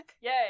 Yay